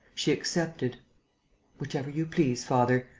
she accepted whichever you please, father.